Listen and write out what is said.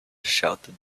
shouted